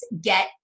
get